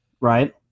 Right